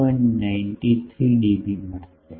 93 DB મળશે